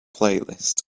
playlist